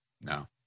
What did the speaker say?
No